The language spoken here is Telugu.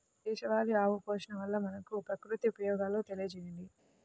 దేశవాళీ ఆవు పోషణ వల్ల మనకు, ప్రకృతికి ఉపయోగాలు తెలియచేయండి?